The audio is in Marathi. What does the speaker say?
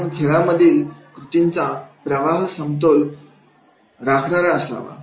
म्हणून खेळामधील कृतीचा प्रवाह समतोल राखणारा असावा